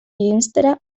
irenstera